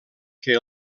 que